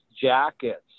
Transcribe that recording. jackets